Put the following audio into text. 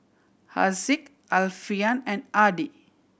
Haziq Alfian and Adi